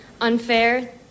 unfair